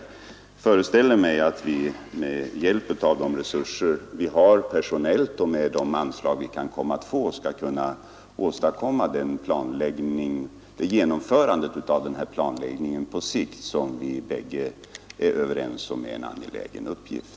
Jag föreställer mig att vi med hjälp av de resurser vi har, personellt och med de anslag vi kan komma att få, skall kunna genomföra den här planläggningen på sikt vilket både jag och herr Eriksson i Ulfsbyn betraktar som en angelägen uppgift.